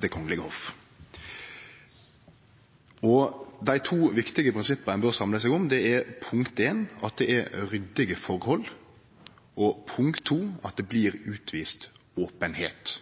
Det kongelege hoff. Dei to viktige prinsippa ein bør samle seg om, er: Det må vere ryddige forhold. Der må bli utvist openheit.